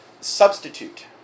Substitute